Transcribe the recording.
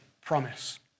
promise